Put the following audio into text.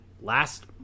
last